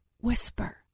whisper